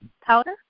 Powder